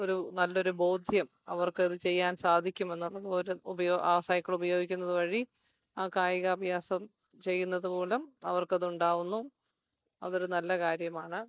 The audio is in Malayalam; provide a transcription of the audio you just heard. ഒരു നല്ലൊരു ബോധ്യം അവർക്കത് ചെയ്യാൻ സാധിക്കുമെന്നുള്ളത് ഒരുപ ആ സൈക്ക്ളുപയോഗിക്കുന്നതു വഴി ആ കായീകാഭ്യാസം ചെയ്യുന്നതുമൂലം അവർക്കതുണ്ടാവുന്നു അതൊരു നല്ല കാര്യമാണ്